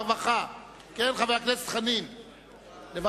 הרווחה והבריאות נתקבלה.